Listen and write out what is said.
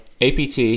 APT